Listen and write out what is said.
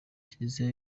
kiliziya